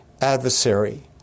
adversary